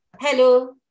Hello